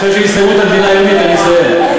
אחרי שיסיימו את המדינה היהודית, אני אסיים.